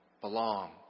Belong